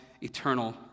eternal